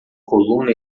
coluna